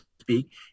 speak